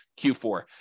Q4